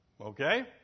Okay